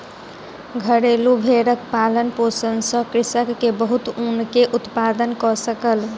घरेलु भेड़क पालन पोषण सॅ कृषक के बहुत ऊन के उत्पादन कय सकल